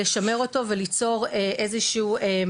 לשמר אותו וליצור איזה שהוא,